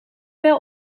wel